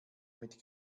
mit